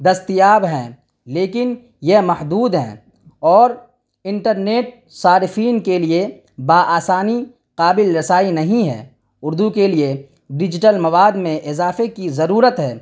دستیاب ہیں لیکن یہ محدود ہیں اور انٹر نیٹ صارفین کے لیے بآسانی قابل رسائی نہیں ہے اردو کے لیے ڈیجیٹل مواد میں اضافے کی ضرورت ہے